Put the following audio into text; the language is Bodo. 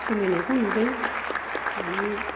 सोलिनायखौ नुदों माने